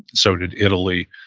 so did italy.